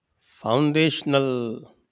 foundational